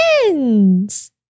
friends